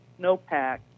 snowpack